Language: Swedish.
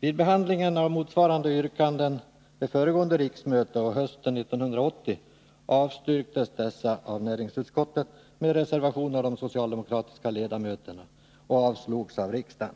Vid behandlingen av motsvarande yrkanden vid föregående riksmöte och hösten 1980 avstyrktes dessa av näringsutskottet — med reservation av de socialdemokratiska ledamöterna — och avslogs av riksdagen.